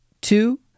Two